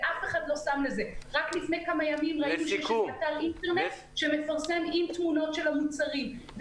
רק לפני כמה ימים ראיתי אתר אינטרנט שמפרסם עם תמונות של המוצרים.